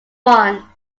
one